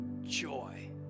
joy